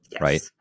right